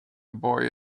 boy